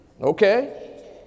Okay